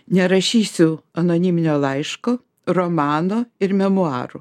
nerašysiu anoniminio laiško romano ir memuarų